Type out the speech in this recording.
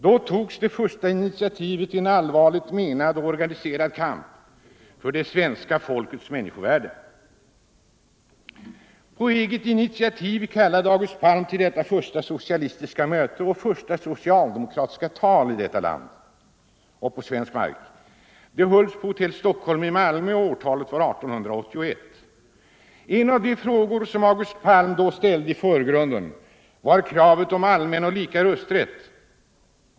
Då togs det första initiativet i en allvarligt menad och organiserad kamp för det svenska folkets människovärde. På eget initiativ kallade August Palm till detta första socialistiska möte och första socialdemokratiska tal i detta land. Det hölls på hotell Stockholm i Malmö och årtalet var 1881. En av de frågor som August Palm då ställde i förgrunden var kravet om allmän och lika rösträtt.